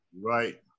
Right